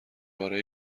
پاره